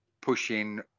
pushing